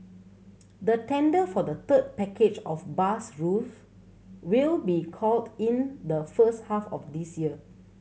the tender for the third package of bus routes will be called in the first half of this year